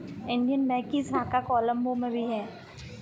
Indian Bank की शाखा कोलम्बो में भी है